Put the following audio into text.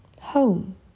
Home